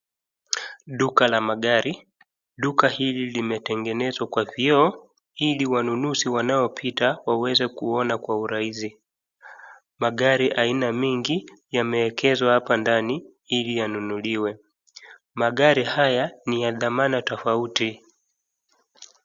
Duka la magari. Duka hili limetengenezwa kwa kioo ili wanunuzi wanaopita waweze kuona kwa urahisi. Magari aina mingi yameekezwa hapa ndani ili yanunuliee. Magari haya ni ya dhamana tofauti.